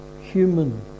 human